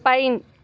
pine